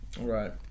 Right